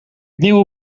nieuwe